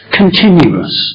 continuous